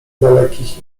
dalekich